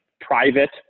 private